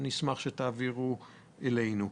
נשמח שתעבירו אלינו.